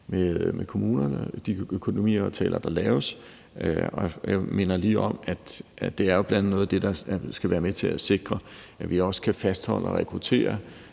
med kommunerne i form af de økonomiaftaler, der laves. Og jeg minder lige om, at det jo bl.a. er noget af det, der skal være med til at sikre, at vi også kan fastholde og rekruttere